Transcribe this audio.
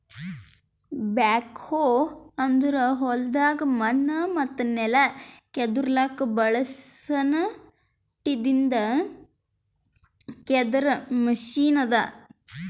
back ಹೋ ಅಂದುರ್ ಹೊಲ್ದಾಗ್ ಮಣ್ಣ ಮತ್ತ ನೆಲ ಕೆದುರ್ಲುಕ್ ಬಳಸ ನಟ್ಟಿಂದ್ ಕೆದರ್ ಮೆಷಿನ್ ಅದಾ